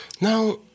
Now